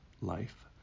life